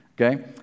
Okay